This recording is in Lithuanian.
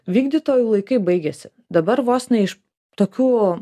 vykdytojų laikai baigėsi dabar vos ne iš tokių